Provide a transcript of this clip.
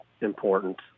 important